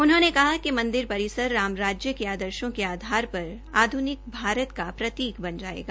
उन्होंने कहा कि मंदिर परिसर राम राज्य के आदर्शो के आधार पर आधुनिक भारत का प्रतीक बन जायेगा